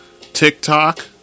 TikTok